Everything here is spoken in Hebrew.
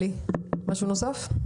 למישהו יש עוד משהו לומר?